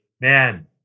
Man